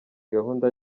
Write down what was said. gahunda